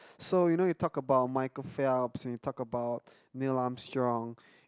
so you know you talk about Michael-Phelps and you talk about Neil-Armstrong